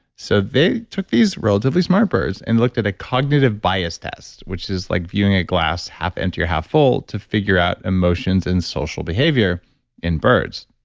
so they took these relatively smart birds and looked at a cognitive bias test, which is like viewing a glass half empty or half full to figure out emotions and social behavior in birds.